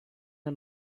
and